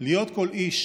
להיות כל איש